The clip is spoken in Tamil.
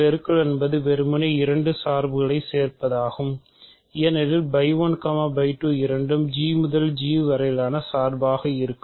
பெருக்கல் என்பது வெறுமனே இரண்டு சார்புகளை சேற்பதாகும் ஏனெனில் இரண்டும் G முதல் G வரை உள்ள சார்பாக இருக்கும்